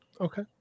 Okay